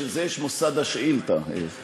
בשביל זה יש מוסד השאילתה, מכובדי.